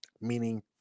meaning